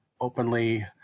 openly